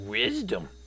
Wisdom